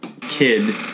kid